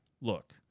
look